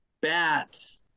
bats